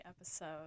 episode